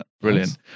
Brilliant